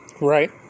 Right